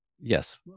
Yes